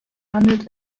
handelt